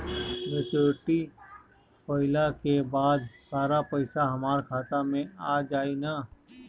Maturity भईला के बाद सारा पईसा हमार खाता मे आ जाई न?